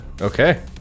Okay